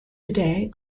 today